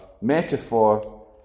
metaphor